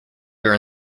your